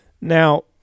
Now